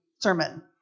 sermon